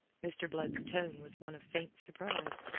mr. blood's tone was one of faint surprise.